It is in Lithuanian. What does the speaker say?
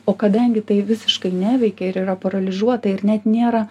o kadangi tai visiškai neveikia ir yra paralyžiuota ir net nėra